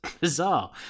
bizarre